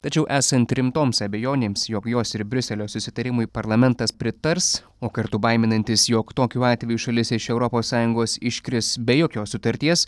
tačiau esant rimtoms abejonėms jog jos ir briuselio susitarimui parlamentas pritars o kartu baiminantis jog tokiu atveju šalis iš europos sąjungos iškris be jokios sutarties